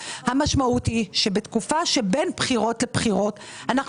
המשמעות היא שבתקופה שבין בחירות לבחירות אנחנו